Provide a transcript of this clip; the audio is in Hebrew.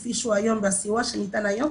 לפי הסיוע שניתן היום,